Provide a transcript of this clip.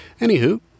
Anywho